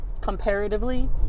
comparatively